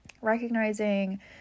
recognizing